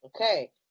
Okay